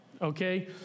okay